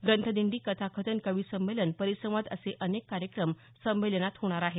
ग्रंथदिंडी कथाकथन कवी संमेलन परिसंवाद असे अनेक कार्यक्रम संमेलनात होणार आहेत